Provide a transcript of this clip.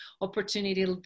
opportunity